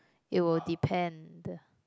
it will depend